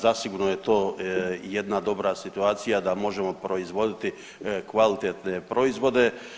Zasigurno je to jedna dobra situacija, da možemo proizvoditi kvalitetne proizvode.